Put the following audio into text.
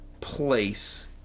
place